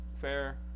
Fair